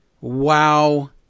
wow